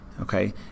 okay